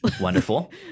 Wonderful